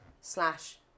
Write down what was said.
slash